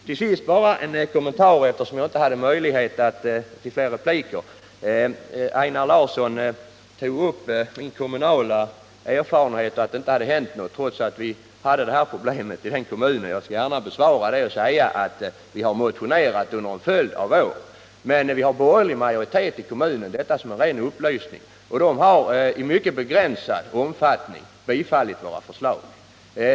Till sist vill jag också göra en kommentar till Einar Larsson, eftersom jag tidigare inte hade möjlighet att återkomma i fler repliker. Einar Larsson hänvisade till min kommunala erfarenhet och frågade varför det inte hade hänt något på det här området i min kommun, trots att vi där har just det här problemet. Jag skall gärna besvara detta och säga att vi har motionerat om nitratproblemet under en följd av år, men vi har borgerlig majoritet i kommunen - jag säger detta som en ren upplysning — och den har i mycket begränsad omfattning bifallit våra förslag.